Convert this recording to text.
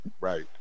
Right